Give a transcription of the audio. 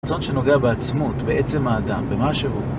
רצון שנוגע בעצמות, בעצם האדם, במה שהוא